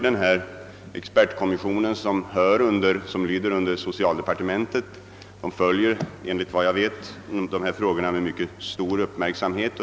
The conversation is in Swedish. Den expertkommission som lyder under socialdepartementet följer atomfrågorna med mycket stor uppmärksamhet.